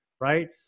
right